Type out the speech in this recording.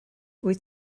wyt